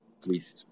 please